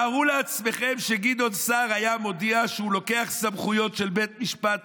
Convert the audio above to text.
תארו לעצמכם שגדעון סער היה מודיע שהוא לוקח סמכויות של בית משפט